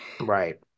Right